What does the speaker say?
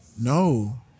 No